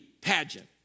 pageant